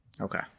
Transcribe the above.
Okay